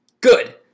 good